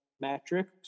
metrics